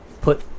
put